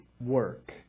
work